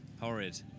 Horrid